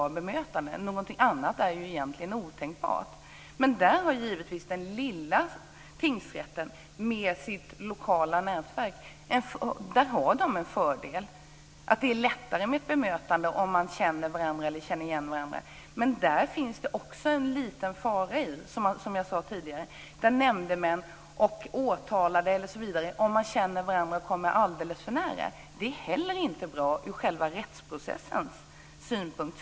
Någonting annat vore otänkbart. Den lilla tingsrätten med sitt lokala nätverk har här en fördel. Det är lättare med bemötandet om man känner igen varandra. Men där finns det också en liten fara om t.ex. nämndemän och åtalade känner varandra och kommer varandra alldeles för nära. Det är inte heller bra för rättsprocessen.